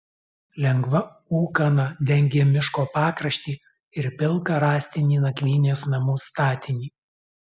lengva ūkana dengė miško pakraštį ir pilką rąstinį nakvynės namų statinį